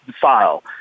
file